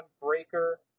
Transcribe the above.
Breaker